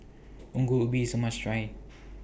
Ongol Ubi IS A must Try